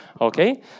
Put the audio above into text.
okay